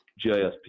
GISP